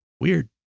Weird